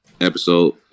episode